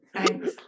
thanks